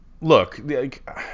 look